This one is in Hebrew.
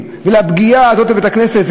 לוונדליזם ולפגיעה הזאת בבית-הכנסת,